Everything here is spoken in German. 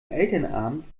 elternabend